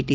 T